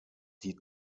die